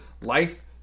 life